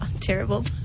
terrible